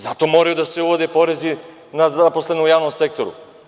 Zato moraju da se uvode porezi na zaposlene u javnom sektoru.